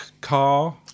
car